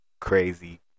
crazy